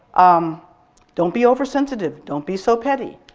um don't be oversensitive. don't be so petty.